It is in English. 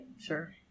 Sure